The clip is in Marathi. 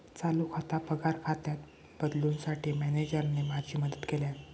चालू खाता पगार खात्यात बदलूंसाठी मॅनेजरने माझी मदत केल्यानं